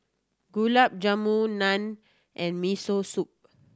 Gulab Jamun Naan and Miso Soup